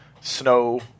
snow